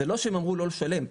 זה לא שהם אמרו לא לשלם,